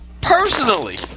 personally